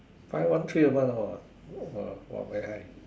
five one three a month ah !wah! very high